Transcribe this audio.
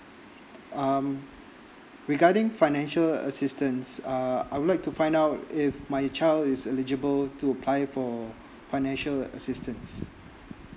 um regarding financial assistance uh I would like to find out if my child is eligible to apply for financial assistance